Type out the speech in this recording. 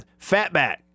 Fatback